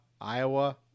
Iowa